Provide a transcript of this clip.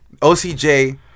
OCJ